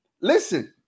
Listen